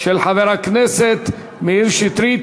תודה לחברת הכנסת קארין אלהרר.